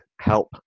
help